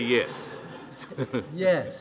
yes yes